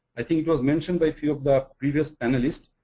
i think it was mentioned by few of the previous panelists,